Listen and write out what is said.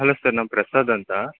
hello sir ನಾವು ಪ್ರಸಾದ್ ಅಂತ